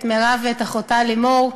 את מירב ואת אחותה לימור,